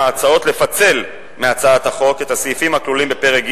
הצעות לפצל מהצעת החוק את הסעיפים הכלולים בפרק ג'